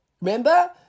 Remember